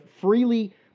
freely